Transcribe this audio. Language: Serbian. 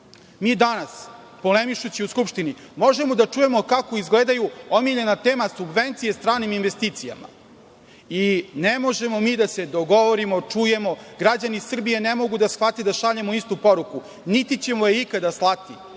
Mi danas, polemišući u Skupštini možemo da čujemo kako izgledaju omiljena tema subvencije stranim investicijama. I, ne možemo mi da se dogovorimo, čujemo, građani Srbije ne mogu da shvate da šaljemo istu poruku, niti ćemo je ikada slati.